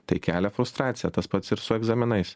tai kelia frustraciją tas pats ir su egzaminais